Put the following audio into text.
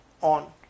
on